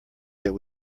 that